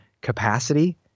capacity